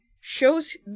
shows